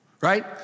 right